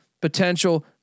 potential